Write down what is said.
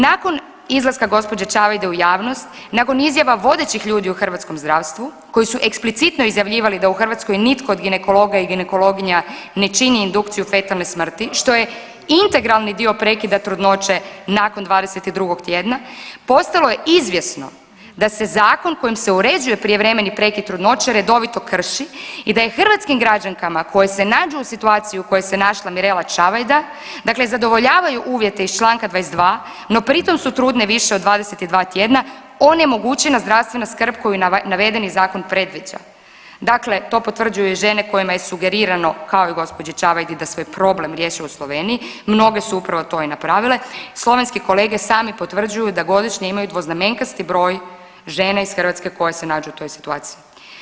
Nakon izlaska gospođe Čavajde u javnost, nakon izjava vodećih ljudi u hrvatskom zdravstvu koji su eksplicitno izjavljivali da u Hrvatskoj nitko od ginekologa i ginekologinja ne čini indukciju fetalne smrti što je integralni dio prekida trudnoće nakon 22. tjedna, postalo je izvjesno da se zakonom kojim se uređuje prijevremeni prekid trudnoće redovito krši i da je hrvatskim građankama koje se nađu u situaciji u kojoj se našla Mirela Čavajda dakle zadovoljavaju uvjete iz čl. 22., no pri tom su trudne više od 22 tjedna, onemogućena zdravstvena skrb koju navedeni zakon predviđa, dakle to potvrđuju i žene kojima je sugerirano kao i gđi. Čavajdi da svoj problem riješe u Sloveniji, mnoge su upravo to i napravile i slovenski kolege sami potvrđuju da godišnje imaju dvoznamenkasti broj žena iz Hrvatske koje se nađu u toj situaciji.